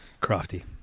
Crafty